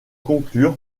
conclure